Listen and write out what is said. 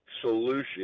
solution